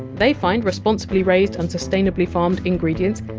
they find responsibly raised and sustainably farmed ingredients.